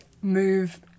move